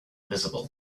visible